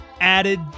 added